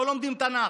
לא לומדים תנ"ך?